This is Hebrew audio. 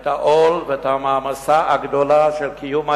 את העול ואת המעמסה הגדולה של קיום האירוע,